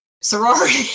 sorority